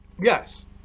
Yes